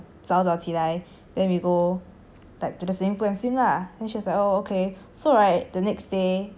back to the same go and swim lah then she's like oh okay so right the next day really in the morning right we wa~ we woke up at like